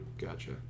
Gotcha